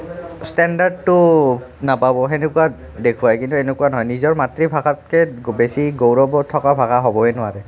ষ্টেণ্ডাৰ্ডটো নাপাব সেনেকুৱা দেখুৱায় কিন্তু এনেকুৱা নহয় নিজৰ মাতৃভাষাতকৈ বেছি গৌৰৱত থকা ভাষা হ'বই নোৱাৰে